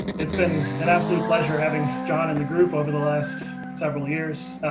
it's been an absolute pleasure having john in the group over the last several years.